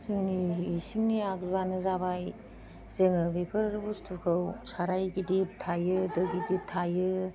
जोंनि इसिंनि आगजुआनो जाबाय जोङो बेफोर बस्थुखौ साराय गिदिर थायो दो गिदिर थायो